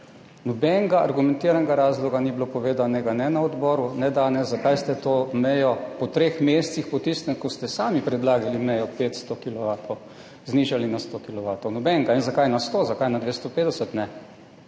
Nobenega argumentiranega razloga ni bilo povedanega ne na odboru ne danes, zakaj ste to mejo po treh mesecih po tistem, ko ste sami predlagali mejo 500 kilovatov, znižali na 100 kilovatov. Nobenega. In zakaj na 100, zakaj ne na 250?